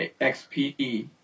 X-P-E